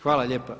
Hvala lijepa.